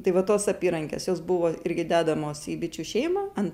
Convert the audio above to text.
tai va tos apyrankės jos buvo irgi dedamos į bičių šeimą ant